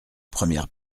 première